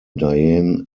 diane